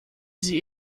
sie